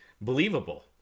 believable